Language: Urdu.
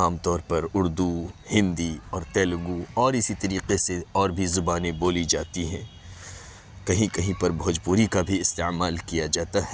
عام طور پر اردو ہندی اور تیلگو اور اسی طریقے سے اور بھی زبانیں بولی جاتی ہیں کہیں کہیں پر بھوجپوری کا بھی استعمال کیا جاتا ہے